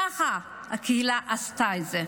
ככה הקהילה עשתה את זה.